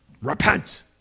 Repent